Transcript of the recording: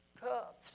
cups